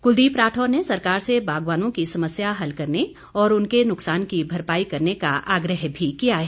कुलदीप राठौर ने सरकार से बागवानों की समस्या हल करने और उनके नुकसान की भरपाई करने का आग्रह भी किया है